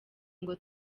ngo